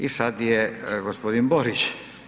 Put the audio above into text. I sad je gospodin Borić.